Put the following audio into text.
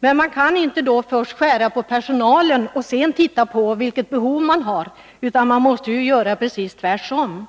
men man kan inte först skära ned antalet anställda och sedan undersöka behoven, utan man måste göra precis tvärtom.